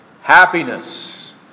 happiness